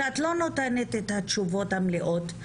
שאת לא נותנת את התשובות המלאות.